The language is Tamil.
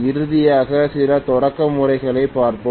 இறுதியாக சில தொடக்க முறைகளைப் பார்ப்போம்